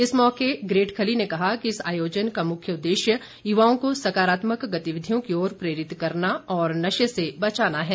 इस मौके ग्रेट खली ने कहा कि इस आयोजन का मुख्य उद्देश्य युवाओं को सकारात्मक गतिविधियों की ओर प्रेरित करना और नशे से बचाना है